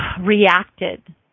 reacted